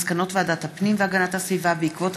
מסקנות ועדת הפנים והגנת הסביבה בעקבות